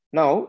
Now